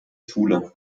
schule